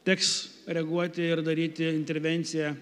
teks reaguoti ir daryti intervenciją